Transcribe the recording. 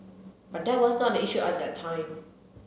but that was not the issue at that time